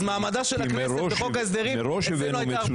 אז מעמדה של הכנסת --- כי אנחנו מראש הבאנו מצומצם.